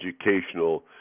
educational